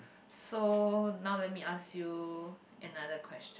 so now let me ask you another question